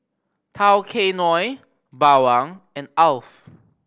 Tao Kae Noi Bawang and Alf